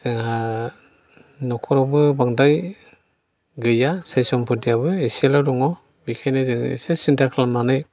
जोंहा न'खरावबो बांद्राय गैया सै सम्फथियाबो एसेल' दङ बेखायनो जोङो एसे सिन्था खालामनानै